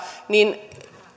niin